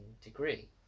degree